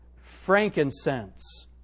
frankincense